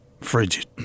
frigid